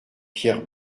pierre